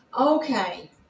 Okay